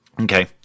Okay